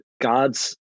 God's